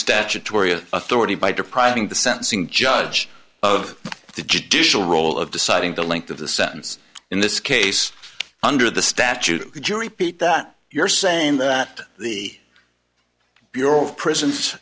statutory authority by depriving the sentencing judge of the judicial role of deciding the length of the sentence in this case under the statute the jury pete that you're saying that the bureau of prisons